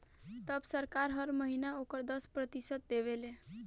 तब सरकार हर महीना ओकर दस प्रतिशत देवे ले